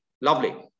lovely